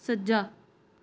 ਸੱਜਾ